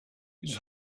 his